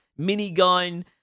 minigun